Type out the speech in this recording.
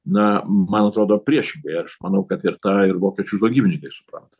na man atrodo priešingai aš manau kad ir tą ir vokiečių žvalgybininkai supranta